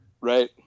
Right